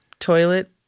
Toilet